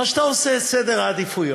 אבל כשאתה עושה את סדר העדיפויות,